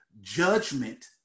judgment